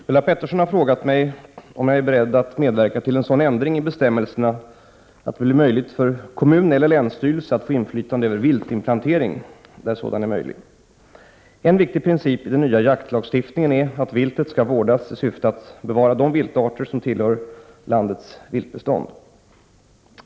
Herr talman! Ulla Pettersson har frågat mig om jag är beredd att medverka till en sådan ändring i bestämmelserna att det blir möjligt för kommun eller länsstyrelse att få inflytande över viltinplantering där sådan är möjlig. En viktig princip i den nya jaktlagstiftningen är att viltet skall vårdas i syfte att bevara de viltarter som tillhör landets viltbestånd.